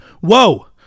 Whoa